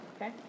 okay